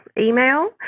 email